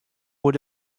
oer